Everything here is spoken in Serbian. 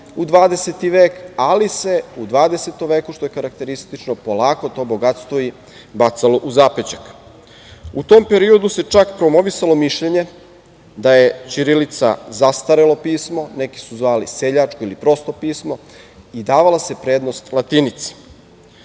u 20. veku, što je karakteristično, polako to bogatstvo bacalo u zapećak. U tom periodu se čak promovisalo mišljenje da je ćirilica zastarelo pismo, neki su zvali seljačko ili prosto pismo, i davala se prednost latinici.